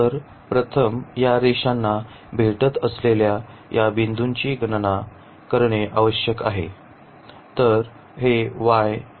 तर प्रथम या रेषांना भेटत असलेल्या या बिंदूंची गणना करणे आवश्यक आहे